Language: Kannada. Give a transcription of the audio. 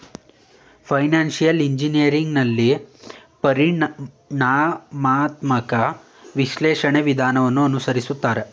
ಫೈನಾನ್ಸಿಯಲ್ ಇಂಜಿನಿಯರಿಂಗ್ ನಲ್ಲಿ ಪರಿಣಾಮಾತ್ಮಕ ವಿಶ್ಲೇಷಣೆ ವಿಧಾನವನ್ನು ಅನುಸರಿಸುತ್ತಾರೆ